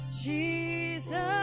Jesus